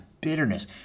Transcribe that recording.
bitterness